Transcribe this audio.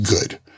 good